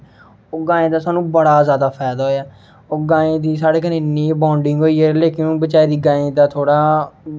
गाईं दा सानूं बड़ा जादा फायदा होया ओह् गाईं दी साढ़े कन्नै इ'न्नी बॉन्डिंग होई लेकिन ओह् बचारी गाएं दा थोह्ड़ा